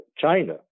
China